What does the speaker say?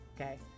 okay